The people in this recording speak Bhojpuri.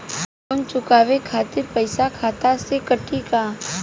लोन चुकावे खातिर पईसा खाता से कटी का?